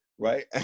Right